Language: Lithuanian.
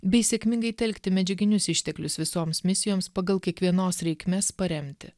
bei sėkmingai telkti medžiaginius išteklius visoms misijoms pagal kiekvienos reikmes paremti